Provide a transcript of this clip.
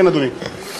כן, אדוני.